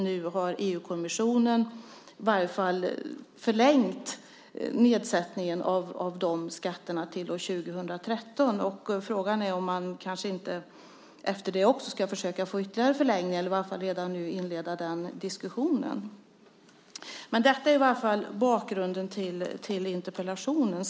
Nu har EU-kommissionen i varje fall förlängt nedsättningen av de skatterna till år 2013. Frågan är om man kanske efter det också ska försöka få ytterligare förlängning eller redan nu inleda den diskussionen. Detta är bakgrunden till interpellationen.